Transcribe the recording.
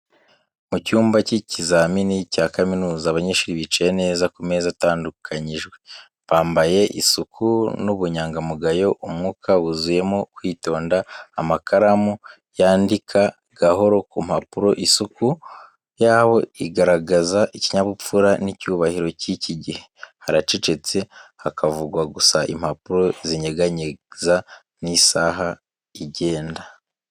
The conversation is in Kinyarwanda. Mu cyumba cy'ibizamini cya kaminuza, abanyeshuri bicaye neza ku meza atandukanyijwe, bambaye isuku n’ubunyangamugayo. Umwuka wuzuyemo kwitonda, amakaramu yandika gahoro ku mpapuro. Isuku yabo igaragaza ikinyabupfura n’icyubahiro cy’iki gihe. Haracecetse, hakavugwa gusa impapuro zinyeganyeza n’isaha igenda.